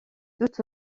tout